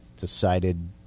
decided